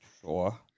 Sure